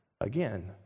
again